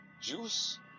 juice